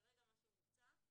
כרגע מה שמוצע זה: